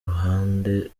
ruhande